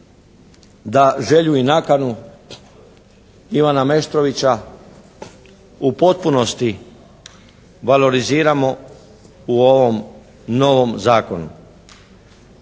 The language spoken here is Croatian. da želju i nakanu Ivana Meštrovića u potpunosti valoriziramo u ovom novom Zakonu.